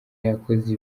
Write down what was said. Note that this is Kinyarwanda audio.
yakoze